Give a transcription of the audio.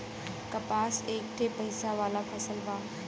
कपास एक ठे पइसा वाला फसल बा